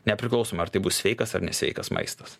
nepriklausomai ar tai bus sveikas ar nesveikas maistas